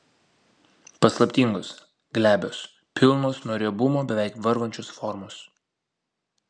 paslaptingos glebios pilnos nuo riebumo beveik varvančios formos